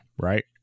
right